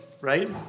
right